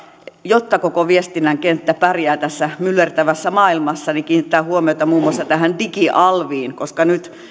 jotta koko viestinnän kenttä pärjää tässä myllertävässä maailmassa nyt olisi aika kiinnittää huomiota muun muassa tähän digialviin koska nyt